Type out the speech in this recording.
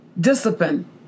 Discipline